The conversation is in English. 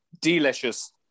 delicious